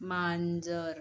मांजर